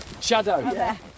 Shadow